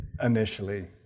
initially